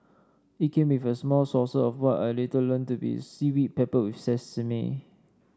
it came with a small saucer of what I later learnt to be seaweed peppered with sesame